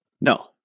No